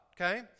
Okay